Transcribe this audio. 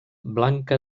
blanca